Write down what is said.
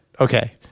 Okay